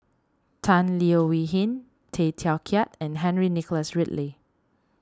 Tan Leo Wee Hin Tay Teow Kiat and Henry Nicholas Ridley